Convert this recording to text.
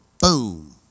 boom